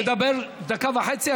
תדבר דקה וחצי,